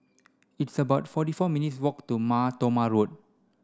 it's about forty four minutes' walk to Mar Thoma Road